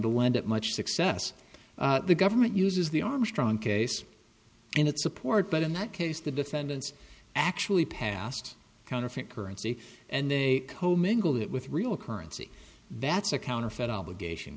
lend it much success the government uses the armstrong case and its support but in that case the defendants actually passed counterfeit currency and they with real currency that's a counterfeit obligation